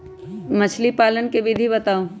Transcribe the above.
मछली पालन के विधि बताऊँ?